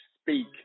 speak